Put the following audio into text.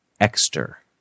exter